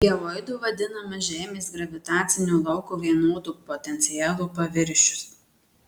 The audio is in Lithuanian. geoidu vadinamas žemės gravitacinio lauko vienodo potencialo paviršius